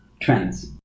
trends